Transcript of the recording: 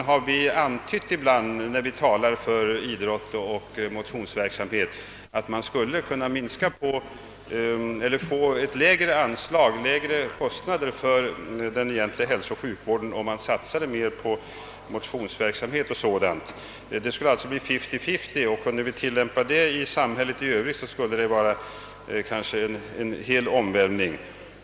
När vi helt allmänt talat om idrott och motionsverksamhet har vi ibland antytt denna proportion och framhållit att man skulle kunna få fram lägre kostnader för den egentliga hälsooch sjukvården om man satsade mera på motionsverksamhet och sådant i det allmänna samhällslivet. Det skulle alltså bli fiftyfifty. Om vi kunde tillämpa denna princip i samhället i övrigt, skulle detta verkligen innebära en omvälvning.